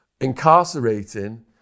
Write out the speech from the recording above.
incarcerating